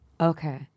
Okay